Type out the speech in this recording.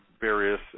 various